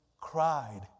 cried